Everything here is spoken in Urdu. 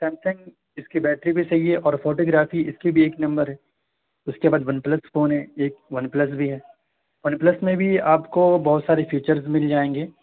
سیمسنگ اس کی بیٹری بھی صحیح ہے اور فوٹو گرافی اس کی بھی ایک نمبر ہے اس کے بعد ون پلس فون ہے ایک ون پلس بھی ہے ون پلس میں بھی آپ کو بہت سارے فیچرز مل جائیں گے